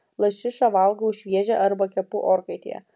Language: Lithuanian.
lašišą valgau šviežią arba kepu orkaitėje